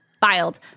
filed